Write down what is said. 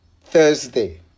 Thursday